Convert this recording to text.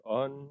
on